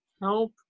help